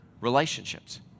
relationships